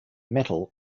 metals